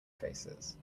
faces